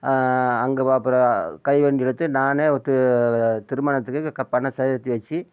அங்கே அப்பறம் கைவண்டி இழுத்து நானே திருமணத்துக்கு பணம் சேத்து வச்சு